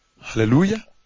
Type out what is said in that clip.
Hallelujah